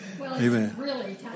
Amen